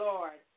Lord